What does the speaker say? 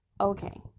Okay